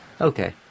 Okay